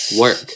work